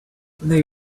they